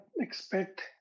expect